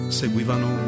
seguivano